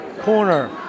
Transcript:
Corner